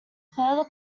further